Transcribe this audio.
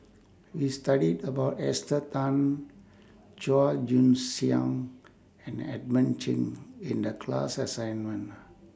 We studied about Esther Tan Chua Joon Siang and Edmund Cheng in The class assignment